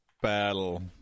battle